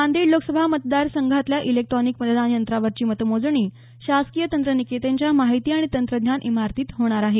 नांदेड लोकसभा मतदार संघातल्या इलेक्ट्रॉनिक मतदान यंत्रांवरची मतमोजणी शासकीय तंत्रनिकेतनच्या माहिती आणि तंत्रज्ञान इमारतीत होणार आहे